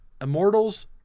Immortals